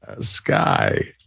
Sky